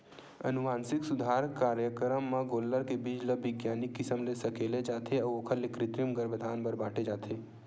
अनुवांसिक सुधार कारयकरम म गोल्लर के बीज ल बिग्यानिक किसम ले सकेले जाथे अउ ओखर ले कृतिम गरभधान बर बांटे जाथे